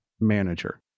manager